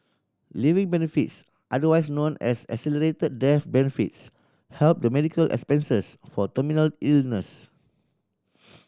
living benefits otherwise known as accelerated death benefits help the medical expenses for terminal illnesses